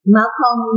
Malcolm